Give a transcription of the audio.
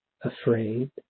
afraid